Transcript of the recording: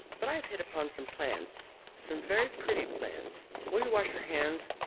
but i have hit upon some plans some very pretty plans. will you wash your hands?